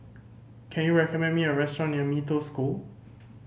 can you recommend me a restaurant near Mee Toh School